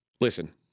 Listen